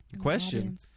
Question